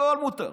הכול מותר.